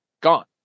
gone